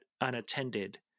unattended